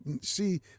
see